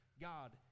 God